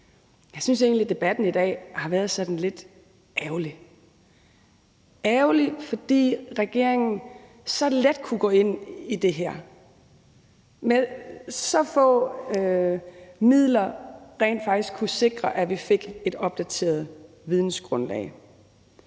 Jeg synes egentlig, debatten i dag har været sådan lidt ærgerlig – ærgerlig, fordi regeringen så let kunne gå ind i det her og med så få midler rent faktisk kunne sikre, at vi fik et opdateret vidensgrundlag.